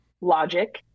logic